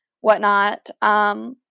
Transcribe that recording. whatnot